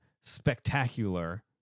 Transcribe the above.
Spectacular